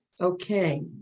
Okay